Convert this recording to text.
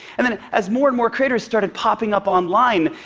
and then as more and more creators started popping up online,